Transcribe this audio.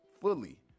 fully